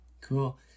Cool